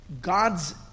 God's